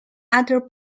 other